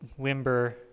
Wimber